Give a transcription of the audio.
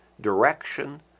direction